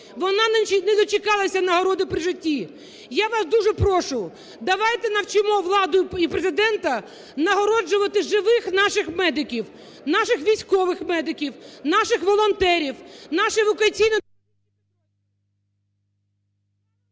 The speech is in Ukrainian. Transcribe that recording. вона не дочекалася нагороди при житті. Я вас дуже прошу, давайте навчимо владу і Президента нагороджувати живих наших медиків, наших військових медиків, наших волонтерів, наші евакуаційно...